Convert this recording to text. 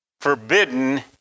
forbidden